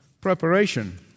preparation